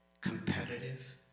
competitive